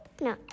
no